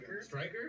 striker